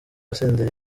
senderi